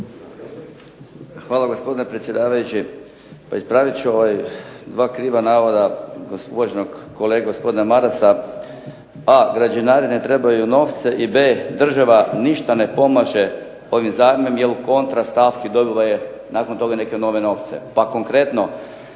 Hvala gospodine predsjedavajući. Pa ispravit ću dva kriva navoda uvaženog kolege gospodina Marasa, a) građevinari ne trebaju novce i b) država ništa ne pomaže ovim zajmom, jer u kontra stavki dobila je nakon toga neke nove novce. Pa konkretno,